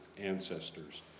ancestors